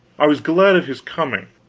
i was glad of his coming,